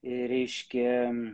ir reiškėja